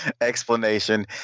explanation